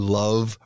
love